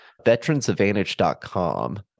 Veteransadvantage.com